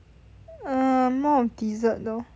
err more of dessert though